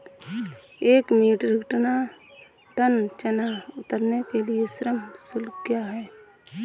एक metric tonne चना उतारने के लिए श्रम शुल्क क्या है?